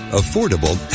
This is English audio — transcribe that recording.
affordable